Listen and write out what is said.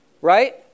right